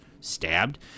stabbed